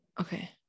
Okay